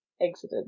exited